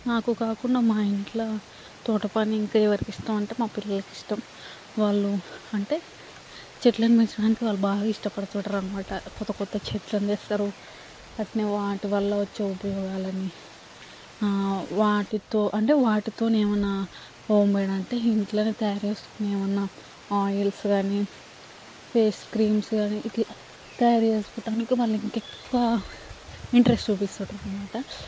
నాకు కాకుండా మా ఇంట్ల తోట పని ఇంకా ఎవరికి ఇష్టం అంటే మా పిల్లలకి ఇష్టం వాళ్ళు అంటే చెట్లను పెంచడానికి వాళ్ళు బాగా ఇష్టపడుతుంటాటరు అనమాట కొత్త కొత్త చెట్లను తెస్తారు అట్నే వాటి వల్ల వచ్చే ఉపయోగాలని వాటితో అంటే వాటితోనేమన్నా హోంమేడ్ అంటే ఇంట్లోనే తయారు చేసుకునేమన్నా ఆయిల్స్ కాని ఫేస్ క్రీమ్స్ కాని ఇట్ల తయారు చేసుకోవడానికి వాళ్ళు ఇంకా ఎక్కువ ఇంట్రెస్ట్ చూపిస్తుంటరు అనమాట